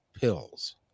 pills